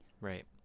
right